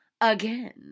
again